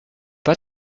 pas